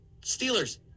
Steelers